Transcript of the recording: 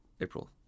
April